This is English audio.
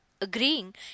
agreeing